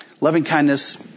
Loving-kindness